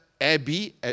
Abby